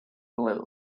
blue